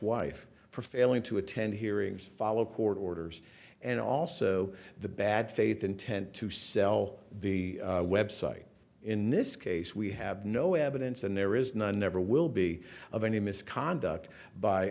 wife for failing to attend hearings follow court orders and also the bad faith intent to sell the website in this case we have no evidence and there is none never will be of any misconduct by